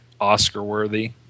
Oscar-worthy